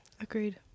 Agreed